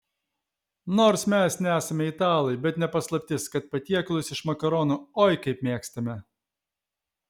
nors mes nesame italai bet ne paslaptis kad patiekalus iš makaronų oi kaip mėgstame